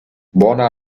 buona